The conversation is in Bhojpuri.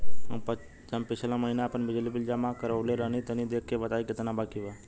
हम पिछला महीना आपन बिजली बिल जमा करवले रनि तनि देखऽ के बताईं केतना बाकि बा?